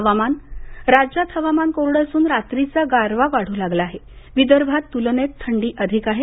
हवामान राज्यात हवामान कोरडं असून रात्रीचा गारवा वाढू लागला आहे विदर्भात तुलनेत थंडी अधिक आहे